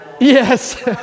Yes